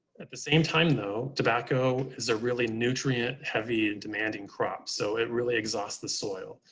at the same time though, tobacco is a really nutrient heavy and demanding crop. so it really exhausts the soil.